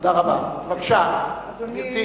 השאלה ואדוני